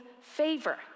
favor